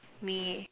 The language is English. me